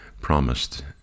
promised